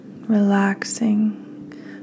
relaxing